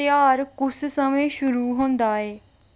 त्यहार कुस समें शुरू होंदा ऐ